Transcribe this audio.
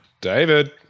David